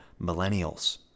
millennials